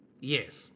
Yes